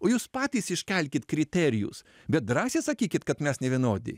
o jūs patys iškelkit kriterijus bet drąsiai sakykit kad mes nevienodi